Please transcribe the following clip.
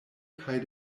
kaj